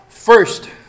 First